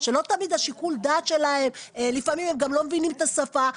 שלא תמיד שיקול הדעת שלהם לפעמים הם גם לא מבינים את השפה.